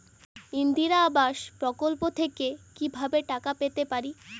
ইন্দিরা আবাস প্রকল্প থেকে কি ভাবে টাকা পেতে পারি?